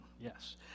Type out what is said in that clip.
yes